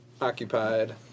occupied